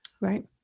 right